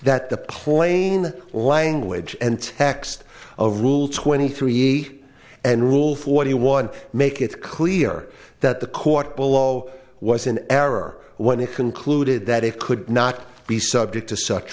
that the plain language and text of rule twenty three eight and rule forty one make it clear that the court below was in error when it concluded that it could not be subject to such